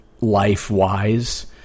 life-wise